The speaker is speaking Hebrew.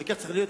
וכך צריך להיות,